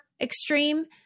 extreme